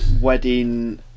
wedding